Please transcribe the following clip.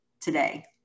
today